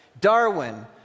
Darwin